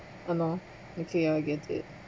I know okay I get it